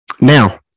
Now